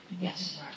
Yes